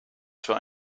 für